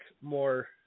more